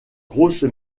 grosse